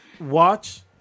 watch